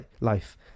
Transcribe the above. life